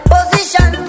Position